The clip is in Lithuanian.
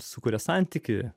sukuria santykį